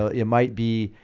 ah it might be